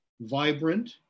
vibrant